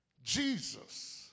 Jesus